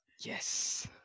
Yes